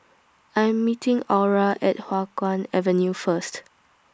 I Am meeting Aura At Hua Guan Avenue First